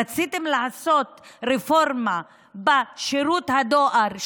רציתם לעשות רפורמה בשירות הדואר,